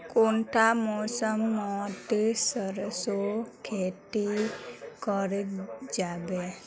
कुंडा मौसम मोत सरसों खेती करा जाबे?